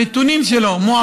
הנתונים שלו מועברים.